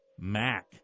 MAC